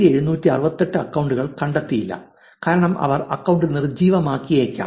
4768 അക്കൌണ്ടുകൾ കണ്ടെത്തിയില്ല കാരണം അവർ അക്കൌണ്ട് നിർജ്ജീവമാക്കിയേക്കാം